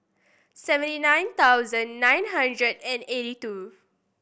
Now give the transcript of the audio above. seventy nine thousand nine hundred and eighty two